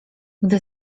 gdy